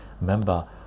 remember